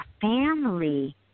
family